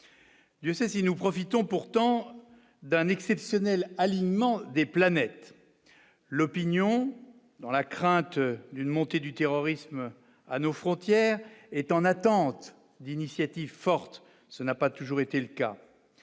de saisie, nous profitons pourtant d'un exceptionnel alignement des planètes l'opinion dans la crainte d'une montée du terrorisme à nos frontières est en attente d'initiatives fortes, ça n'a pas toujours été le cas,